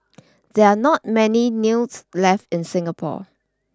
there are not many news left in Singapore